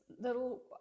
little